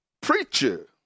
preacher